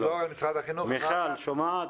מיכל שומעת?